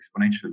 exponentially